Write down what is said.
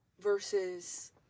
versus